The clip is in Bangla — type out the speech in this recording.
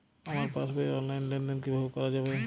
আমার পাসবই র অনলাইন লেনদেন কিভাবে করা যাবে?